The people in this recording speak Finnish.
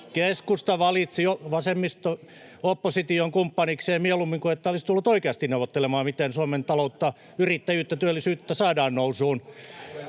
Keskusta valitsi vasemmisto-opposition kumppanikseen mieluummin kuin että olisi tullut oikeasti neuvottelemaan, [Vasemmalta: Mitä?] miten Suomen taloutta, yrittäjyyttä ja työllisyyttä saadaan nousuun.